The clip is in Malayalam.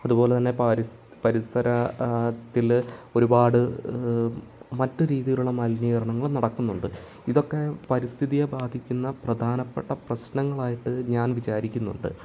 അതുപോലെതന്നെ പാരി പരിസരത്തിൽ ഒരുപാട് മറ്റ് രീതിയിലുള്ള മലിനീകരണങ്ങളും നടക്കുന്നുണ്ട് ഇതൊക്കെ പരിസ്ഥിതിയെ ബാധിക്കുന്ന പ്രധാനപ്പെട്ട പ്രശ്നങ്ങളായിട്ട് ഞാൻ വിചാരിക്കുന്നുണ്ട്